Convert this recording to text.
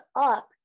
up